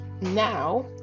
now